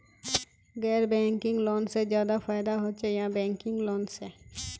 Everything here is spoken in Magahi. गैर बैंकिंग लोन से ज्यादा फायदा होचे या बैंकिंग लोन से?